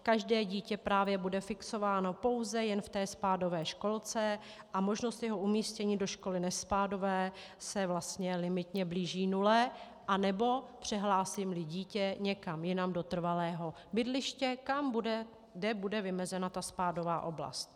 Každé dítě právě bude fixováno pouze jen ve spádové školce a možnost jeho umístění do školy nespádové se vlastně limitně blíží nule, anebo přehlásímli dítě někam jinam do trvalého bydliště, kde bude vymezena spádová oblast.